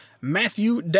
matthew